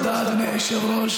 תודה, אדוני היושב-ראש.